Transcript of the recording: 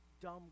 dumb